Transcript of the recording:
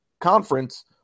conference